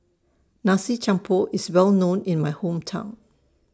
Nasi Campur IS Well known in My Hometown